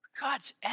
God's